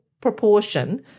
proportion